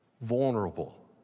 vulnerable